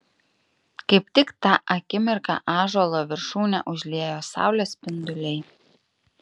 kaip tik tą akimirką ąžuolo viršūnę užliejo saulės spinduliai